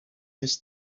his